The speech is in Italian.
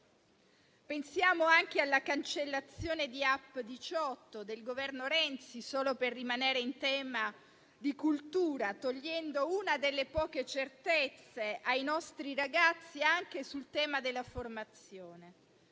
Pensiamo anche alla cancellazione di 18app del Governo Renzi, solo per rimanere in tema di cultura, che ha tolto una delle poche certezze ai nostri ragazzi sul tema della formazione.